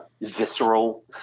visceral